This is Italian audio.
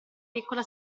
piccola